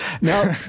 Now